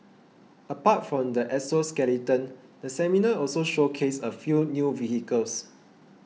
apart from the exoskeleton the seminar also showcased a few new vehicles